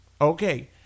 Okay